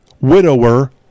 widower